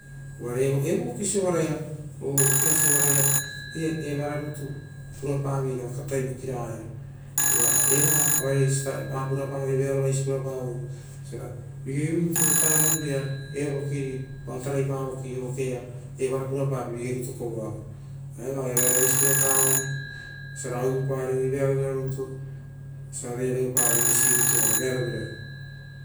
Uvare evo voki sovarara ia oo ovo kia sovarara ia evara rutu purapaveira katai vokiraga sovara ia. Uva aue pura pavo vearovaise ra vigei rutu evoki vao taraipa voki evara purapae kovoara, eva oaia vearo vaisi pura pavoi, osia ragai uvupari voi vosia reoreoparai, vearovira rutu visi rutu ia re vearovira.